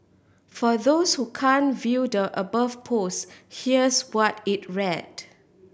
for those who can't view the above post here's what it read